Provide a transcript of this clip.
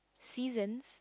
seasons